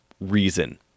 reason